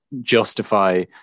justify